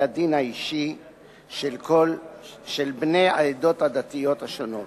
הדין האישי של בני העדות הדתיות השונות.